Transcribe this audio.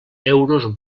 euros